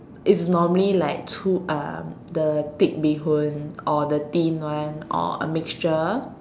it's normally like through um the thick bee-hoon or the thin one or a mixture